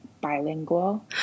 bilingual